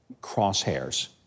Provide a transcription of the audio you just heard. crosshairs